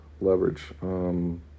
leverage